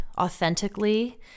authentically